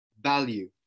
value